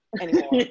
anymore